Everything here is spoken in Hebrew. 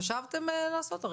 חשבתם לעשות שביתה?